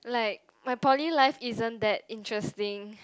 like my poly life isn't that interesting